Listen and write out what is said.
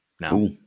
now